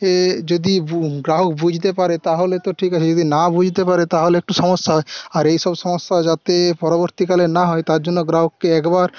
এ যদি গ্রাহক বুঝতে পারে তাহলে তো ঠিক আছে যদি না বুঝতে পারে তাহলে একটু সমস্যা হয় আর এই সব সমস্যা যাতে পরবর্তীকালে না হয় তার জন্য গ্রাহককে একবার